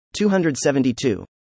272